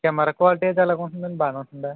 camera quality అయితే ఎలా ఉంటుందండి బాగానే ఉంటుందా